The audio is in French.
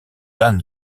dan